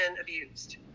abused